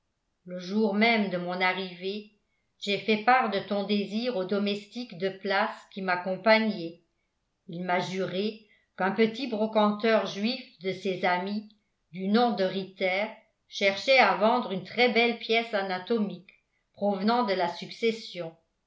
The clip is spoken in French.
le jour même de mon arrivée j'ai fait part de ton désir au domestique de place qui m'accompagnait il m'a juré qu'un petit brocanteur juif de ses amis du nom de ritter cherchait à vendre une très belle pièce anatomique provenant de la succession